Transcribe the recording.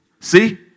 see